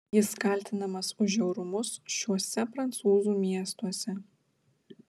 jis kaltinamas už žiaurumus šiuose prancūzų miestuose